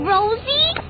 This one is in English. Rosie